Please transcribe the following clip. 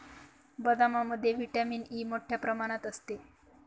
बदामामध्ये vitamin E मोठ्ठ्या प्रमाणात असते